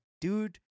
dude